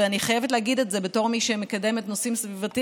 ואני חייבת להגיד את זה בתור מי שמקדמת את הנושאים הסביבתיים,